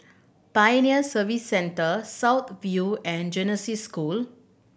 Pioneer Service Centre South View and Genesis School